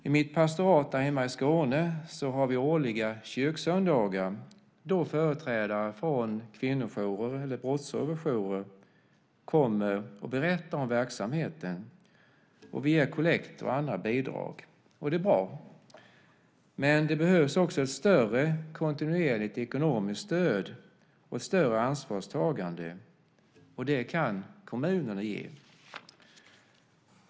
I mitt pastorat där hemma i Skåne har vi årliga kyrksöndagar då företrädare från kvinnojourer eller brottsofferjourer kommer och berättar om verksamheten, och vi ger kollekt och andra bidrag. Det är bra. Men det behövs också ett större kontinuerligt ekonomiskt stöd och ett större ansvarstagande. Och det kan kommunerna ge.